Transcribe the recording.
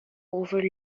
over